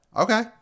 Okay